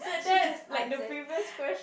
she just answer